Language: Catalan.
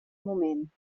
moment